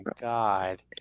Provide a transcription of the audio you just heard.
God